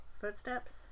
Footsteps